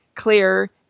clear